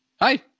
Hi